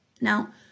Now